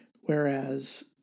whereas